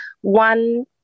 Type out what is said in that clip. one